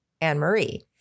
Anne-Marie